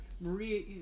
Maria